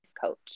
coach